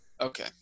Okay